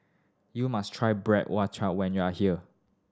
you must try when you are here